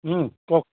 কওক